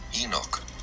Enoch